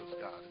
God